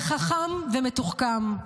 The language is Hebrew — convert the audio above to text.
חכם ומתוחכם.